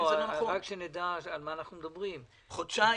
חושבים